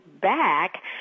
back